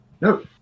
No